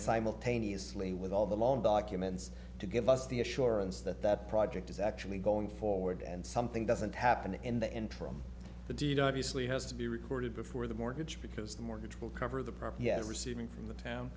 simultaneously with all the loan documents to give us the assurance that that project is actually going forward and something doesn't happen in the interim the deed obviously has to be recorded before the mortgage because the mortgage will cover the property has receiving from the town